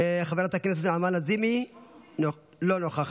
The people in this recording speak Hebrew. חברת הכנסת נעמה לזימי, לא נוכחת.